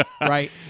right